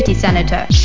Senator